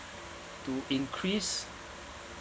to increase